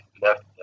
left